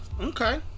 Okay